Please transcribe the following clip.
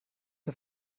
der